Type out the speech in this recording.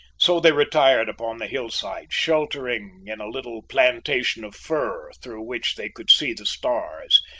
so they retired upon the hillside, sheltering in a little plantation of fir through which they could see the stars,